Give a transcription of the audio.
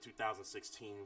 2016